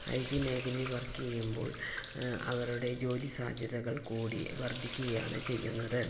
IT മേഖയലില് work ചെയ്യുമ്പോള് അവരുടെ ജോലി സാധ്യതകള് കൂടി വര്ദ്ധിക്കുകയാണ് ചെയ്യുന്നത്